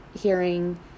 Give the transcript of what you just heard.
hearing